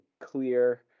clear